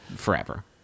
forever